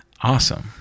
awesome